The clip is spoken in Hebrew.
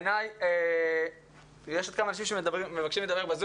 יש עוד כמה אנשים שמבקשים לדבר ב-זום